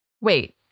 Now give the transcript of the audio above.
Wait